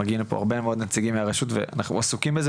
מגיעים לפה הרבה מאוד נציגים מהרשות ואנחנו עסוקים בזה